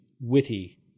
witty